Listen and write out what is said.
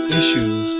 issues